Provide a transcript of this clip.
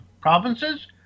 provinces